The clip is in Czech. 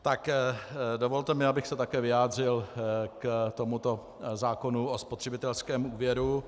Tak dovolte mi, abych se také vyjádřil k tomuto zákonu o spotřebitelském úvěru.